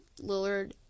Lillard